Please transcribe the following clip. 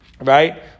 right